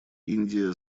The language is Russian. индия